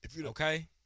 Okay